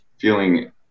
feeling